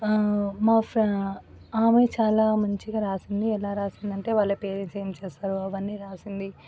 ఆమె చాలా మంచిగా రాసింది ఎలా రాసింది అంటే వాళ్ళ పేరెంట్స్ ఏం చేస్తారో అవన్నీ రాసింది